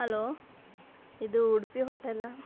hello ಇದು ಉಡುಪಿ ಹೋಟೆಲಾ